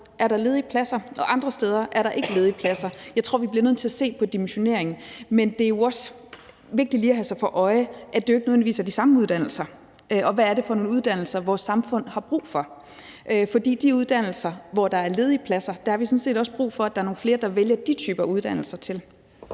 er der ledige pladser. Andre steder er der ikke ledige pladser. Jeg tror, vi bliver nødt til at se på dimensioneringen, men det er jo også vigtigt lige at holde sig for øje, at det ikke nødvendigvis er de samme uddannelser. Og hvad er det for nogle uddannelser, vores samfund har brug for? For de typer uddannelser, hvor der er ledige pladser, har vi sådan set også brug for at der er nogle flere der vælger til. Kl.